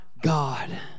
God